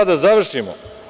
Da završimo.